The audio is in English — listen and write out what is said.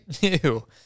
Ew